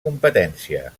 competència